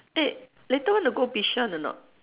eh later want to go bishan or not